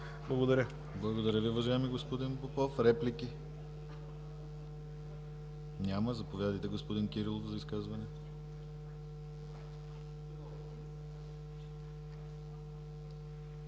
Благодаря Ви, уважаеми господин Попов. Реплики? Няма. Заповядайте, господин Кирилов, за изказване.